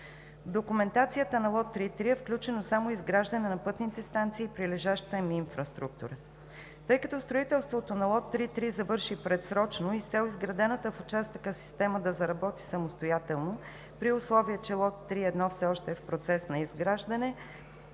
документацията на лот 3.3 е включено само изграждане на пътните станции и прилежащата им инфраструктура. Тъй като строителството на лот 3.3 завърши предсрочно и с цел изградената в участъка система да заработи самостоятелно, при условие че лот 3.1 все още е в процес на изграждане,